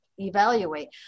Evaluate